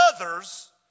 others